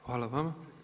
Hvala vama.